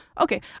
okay